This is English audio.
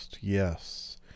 Yes